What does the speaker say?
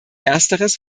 ersteres